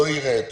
לא יראה את